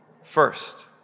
first